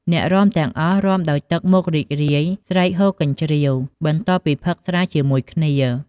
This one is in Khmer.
អ្នករាំទាំងអស់ រាំដោយទឹកមុខរីករាយ ស្រែកហ៊ោកញ្ជ្រៀវ បន្ទាប់ពីផឹកស្រាជាមួយគ្នា។